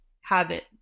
habit